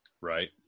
Right